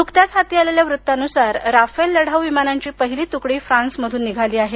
नुकत्याच हाती आलेल्या वृत्तानुसार राफेल लढाऊ विमानांची पहिली तुकडी फ्रान्समधून निघाली आहे